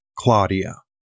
Claudia